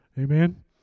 Amen